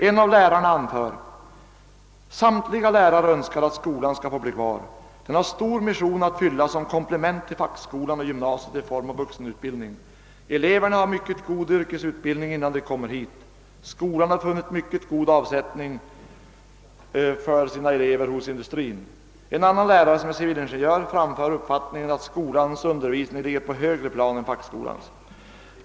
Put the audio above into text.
En lärare anför att samtliga lärare önskar att skolan skall få bli kvar. Den har en stor mission att fylla som komplement till fackskolan och gymnasiet eftersom den ger vuxenutbildning. Eleverna har en mycket god yrkesutbildning innan de kommer hit. Skolan har funnit mycket god avsättning för sina elever hos industrin. En annan lärare, som är civilingen jör, framför uppfattningen att skolans undervisning ligger på ett högre plan än fackskolans.